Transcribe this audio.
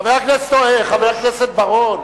חבר הכנסת בר-און,